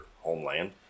homeland